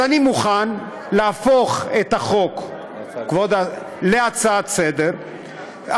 אז אני מוכן להפוך את החוק להצעה לסדר-היום,